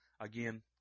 Again